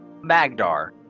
magdar